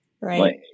Right